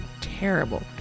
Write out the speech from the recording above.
terrible